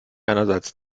einerseits